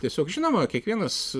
tiesiog žinoma kiekvienas